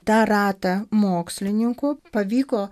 tą ratą mokslininkų pavyko